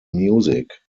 music